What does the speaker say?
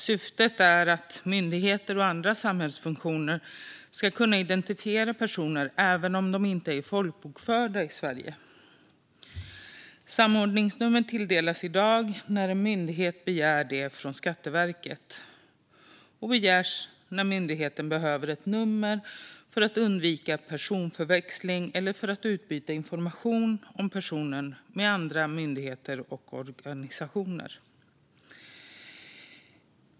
Syftet är att myndigheter och andra samhällsfunktioner ska kunna identifiera personer även om de inte är folkbokförda i Sverige. Samordningsnummer tilldelas i dag när en myndighet begär det från Skatteverket. Det begärs när myndigheten behöver ett nummer för att undvika personförväxling eller för att utbyta information om personen med andra myndigheter och organisationer.